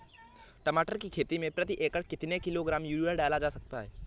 टमाटर की खेती में प्रति एकड़ कितनी किलो ग्राम यूरिया डाला जा सकता है?